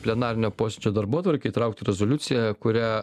plenarinio posėdžio darbotvarkę įtraukti į rezoliuciją kurią